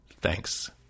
Thanks